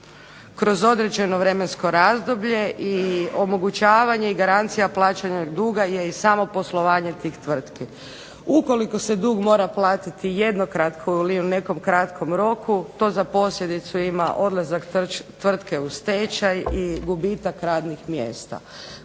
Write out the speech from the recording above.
kroz određeno vremensko razdoblje i omogućavanje i garancija plaćanja duga je i samoposlovanje tih tvrtki. Ukoliko se dug mora platiti jednokratno ili u nekom kratkom roku to za posljedicu ima odlazak tvrtke u stečaj i gubitak radnih mjesta,